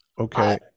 Okay